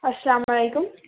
السلام علیکم